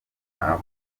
ntabwo